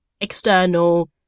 external